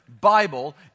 Bible